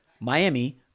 Miami